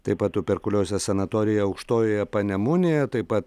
taip pat tuperkuliozės sanatoriją aukštojoje panemunėje taip pat